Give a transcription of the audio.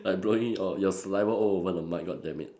like blowing all your saliva all over the mic god damn it